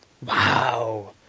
Wow